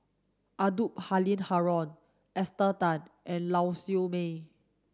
Abdul Halim Haron Esther Tan and Lau Siew Mei